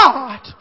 God